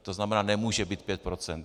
To znamená nemůže být 5 %.